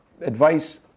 Advice